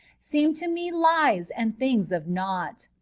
seem to me lies and things of naught.